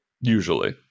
Usually